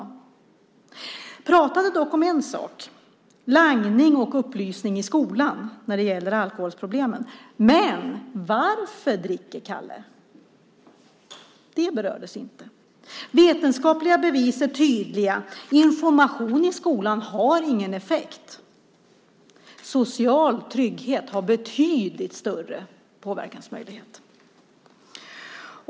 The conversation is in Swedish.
Hon pratade dock om en sak - langning och upplysning i skolan när det gäller alkoholproblemen. Men varför dricker Kalle? Det berördes inte. Vetenskapliga bevis är tydliga; information i skolan har ingen effekt. Social trygghet har betydligt större påverkansmöjlighet.